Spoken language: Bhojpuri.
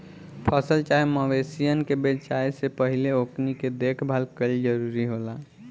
फसल चाहे मवेशियन के बेचाये से पहिले ओकनी के देखभाल कईल जरूरी होला